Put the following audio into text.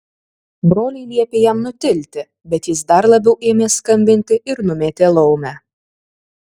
broliai liepė jam nutilti bet jis dar labiau ėmė skambinti ir numetė laumę